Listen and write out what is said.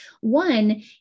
One